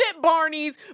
Barney's